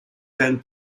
than